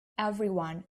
everyone